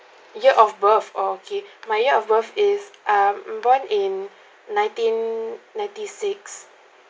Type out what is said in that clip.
year of birth oh okay my year of birth is um born in nineteen ninety six